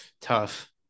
Tough